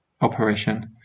operation